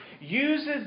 uses